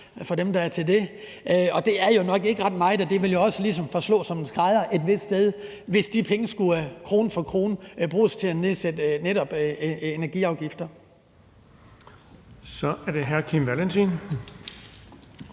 for dem, der er til det – og det er jo nok ikke ret meget. Det vil jo også ligesom forslå som en skrædder et vist sted, hvis de penge krone for krone skulle bruges til at nedsætte netop energiafgifter. Kl. 13:36 Den fg.